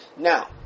Now